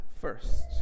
first